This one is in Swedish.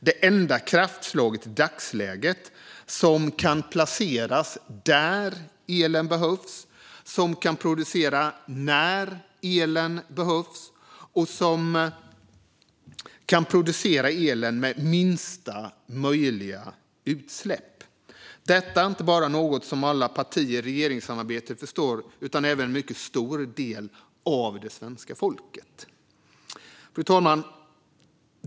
Den är i dagsläget det enda kraftslag som kan placeras där elen behövs, som kan producera när elen behövs och som kan producera el med minsta möjliga utsläpp. Detta är inte bara något som alla partier i regeringssamarbetet förstår utan även en mycket stor del av det svenska folket. Fru talman!